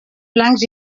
blancs